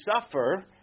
suffer